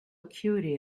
acuity